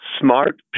smart